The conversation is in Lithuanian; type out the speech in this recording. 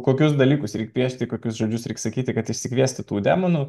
kokius dalykus reik piešti kokius žodžius reik sakyti kad išsikviesti tų demonų